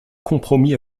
compromis